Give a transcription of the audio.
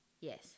Yes